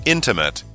Intimate